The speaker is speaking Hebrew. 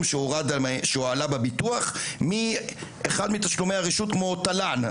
שעלה בביטוח מאחד מתשלומי הרשות כמו תל"ן.